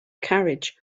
carriage